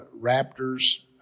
Raptors